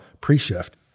pre-shift